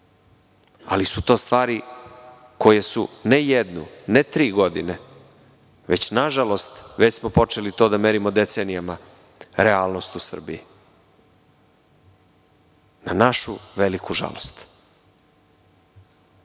ali su to stvari koje su ne jednu, ne tri godine, već nažalost, to smo počeli da merimo decenijama, realnost u Srbiji, na našu veliku žalost. Da